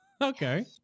Okay